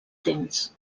temps